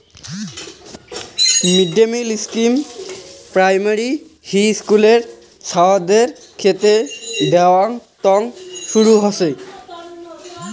mid day meal scheme primary হিস্কুলের ছাওয়াদের খেতে দেয়ার তন্ন শুরু হসে